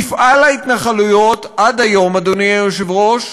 מפעל ההתנחלויות, עד היום, אדוני היושב-ראש,